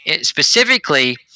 specifically